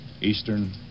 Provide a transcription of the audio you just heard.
Eastern